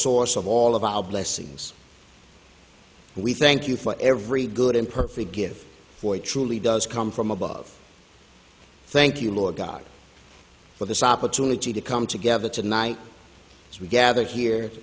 source of all of our blessings we thank you for every good and perfect gift for truly does come from above thank you lord god for this opportunity to come together tonight as we gather here